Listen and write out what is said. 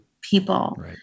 people